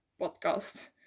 podcast